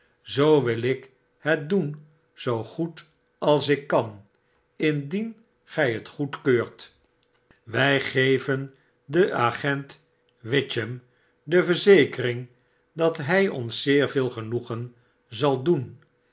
zoo wil ik het doi zoo goed als ik kan indien gg het goedkeurt wtj geven den agent witchem de verzekering dat hg ons zeer veel genoegen zal doen